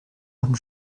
haben